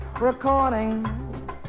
recording